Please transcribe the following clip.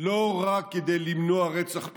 לא רק כדי למנוע רצח פוליטי,